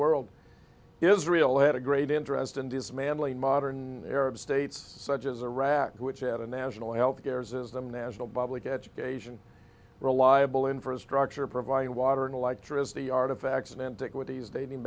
world israel had a great interest in dismantling modern arab states such as iraq which had a national health care system national public education reliable infrastructure providing water and electricity artifacts and antiquities dating